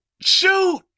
shoot